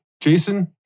Jason